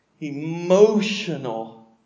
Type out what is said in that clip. emotional